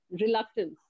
reluctance